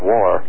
War